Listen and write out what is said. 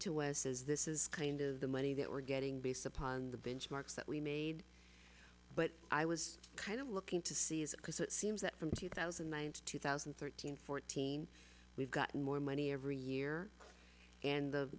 to us is this is kind of the money that we're getting based upon the benchmarks that we made but i was kind of looking to see is it because it seems that from two thousand and nine to two thousand and thirteen fourteen we've gotten more money every year and the